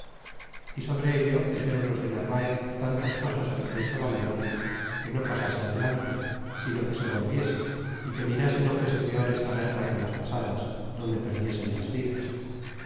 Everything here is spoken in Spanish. y sobre ello dixéron los de narvaez tantas cosas al chris al de oli que no pasase adelante sino que se volviese y que mirase no fuese peor esta guerra que las pasadas donde perdiesen las vidas